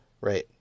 Right